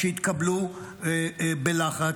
שהתקבלו בלחץ.